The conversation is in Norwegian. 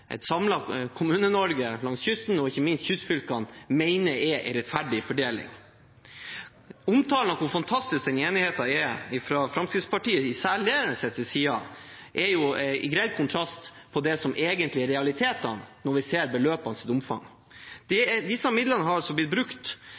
langs kysten og ikke minst kystfylkene mener er en rettferdig fordeling. Omtalene av hvor fantastisk den enigheten er, i særdeleshet fra Fremskrittspartiets side, står i grell kontrast til det som egentlig er realiteten når vi ser beløpenes omfang.